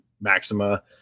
Maxima